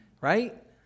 right